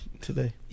today